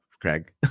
Craig